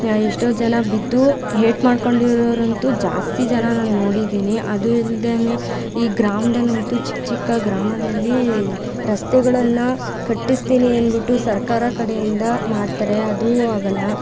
ಎಷ್ಟೋ ಜನ ಬಿದ್ದು ಹೇಟ್ ಮಾಡಿಕೊಂಡಿರೋರಂತೂ ಜಾಸ್ತಿ ಜನಾನ ನಾನು ನೋಡಿದ್ದೀನಿ ಅದು ಇಲ್ಲದೇನೆ ಈ ಗ್ರಾಮದಲ್ಲಂತೂ ಚಿಕ್ಕ ಚಿಕ್ಕ ಗ್ರಾಮದಲ್ಲಿ ರಸ್ತೆಗಳನ್ನು ಕಟ್ಟಿಸ್ತೀನಿ ಅಂದ್ಬಿಟ್ಟು ಸರ್ಕಾರ ಕಡೆಯಿಂದ ಮಾಡ್ತಾರೆ ಅದೂ ಆಗೋಲ್ಲ